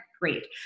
great